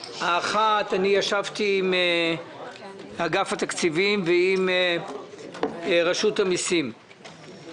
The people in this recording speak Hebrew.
האחת, ישבתי עם אגף התקציבים ועם רשות המסים.